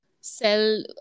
sell